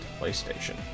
PlayStation